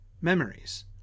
memories